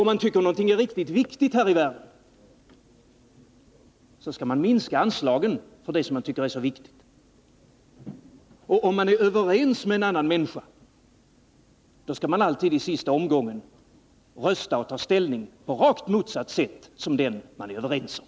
Om man tycker att någonting är riktigt viktigt här i världen, så skall man minska anslagen till det som man tycker är så viktigt. Om man är överens med en annan människa, då skall man alltid i sista omgången när man röstar ta ställning på rakt motsatt sätt som den man är överens med.